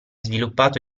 sviluppato